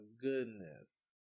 goodness